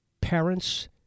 parents